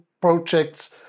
projects